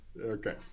Okay